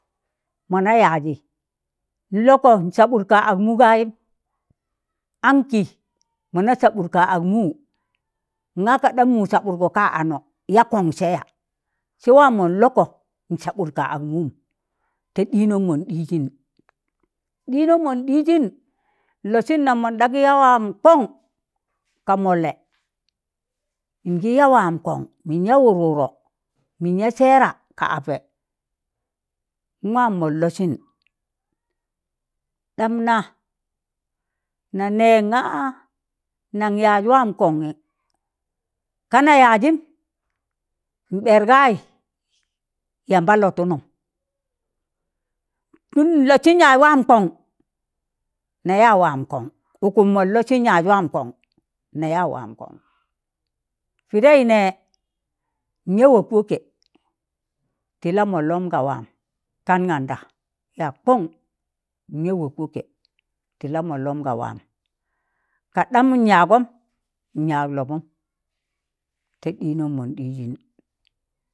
Mọna yazị n'lọkọ nsabụk kaak mụ gayịm, ankị mọna sabụt kagmụ nga kaɗam mụ sabụtgọ kaanọ ya kọn sẹ ya? sẹ waam mọn lọkọ nsabụt kaagmụm ta ɗịnọm mọn ɗịzịn. Ɗịnọm mọn ɗịzịn nlọsịn naam mọn ɗa gị ya wam kọn ga mọllẹ ngị ya waam kọn min ya wụrwụrọ, minya sẹra ka apẹ, nwaam mọn lọsịn, ɗam na nanẹ nga nang yaaz wam kongi kana yaazim n ɓer gayi yamba lotunom don nlosin yaak waam kon na ya waam kon ukum mon losin yak wam kon na ya waam kon pịdẹị nẹ nya wọkwọkkẹ tịla mọllọm ga waam, kan ganda nyak kọn nya wọkwọkẹ tị lamọllọm ga waam kadam nyagọm, nyak lọbụm ta ɗinom mon ɗiijin.